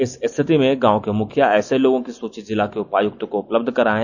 इस रिथित में गांव के मुखिया ऐसे लोगों की सूची जिला के उपायुक्त को उपलब्ध कराएं